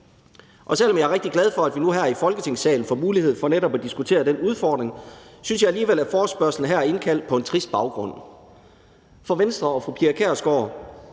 Selv om jeg er rigtig glad for, at vi nu her i Folketingssalen får mulighed for netop at diskutere den udfordring, synes jeg alligevel, at forespørgslen her er indkaldt på en trist baggrund. For Venstre og fru Pia Kjærsgaard